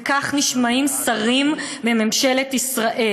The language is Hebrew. וכך נשמעים שרים בממשלת ישראל: